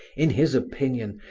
in his opinion,